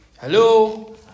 Hello